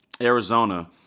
Arizona